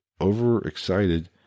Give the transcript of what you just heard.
overexcited